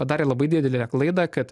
padarė labai didelę klaidą kad